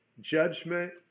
judgment